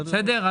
בסדר?